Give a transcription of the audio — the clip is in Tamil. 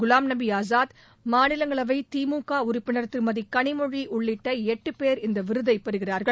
குலாம் நபி ஆசாத் மாநிலங்களவை திமுக உறுப்பினர் திருமதி கனிமொழி உள்ளிட்ட எட்டு பேர் இந்த விருதை பெறுகிறார்கள்